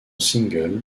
single